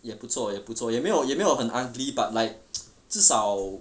也不做也不做也没有也没有很 ugly but like 至少